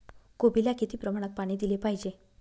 कोबीला किती प्रमाणात पाणी दिले पाहिजे?